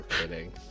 kidding